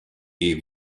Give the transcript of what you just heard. est